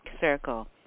Circle